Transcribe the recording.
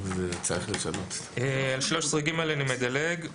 על סעיף 13ג אני מדלג.